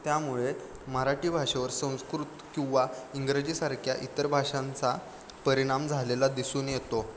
त्यामुळे मराठी भाषेवर संस्कृत किंवा इंग्रजीसारख्या इतर भाषांचा परिणाम झालेला दिसून येतो